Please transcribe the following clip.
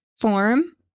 form